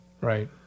Right